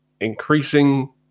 increasing